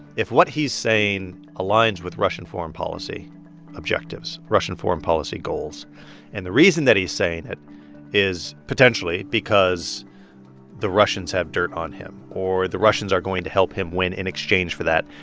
if what he's saying aligns with russian foreign policy objectives, russian foreign policy goals and the reason that he's saying it is potentially because the russians have dirt on him or the russians are going to help him win in exchange for that,